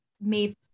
made